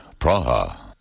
Praha